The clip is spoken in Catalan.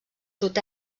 sud